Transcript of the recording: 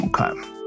Okay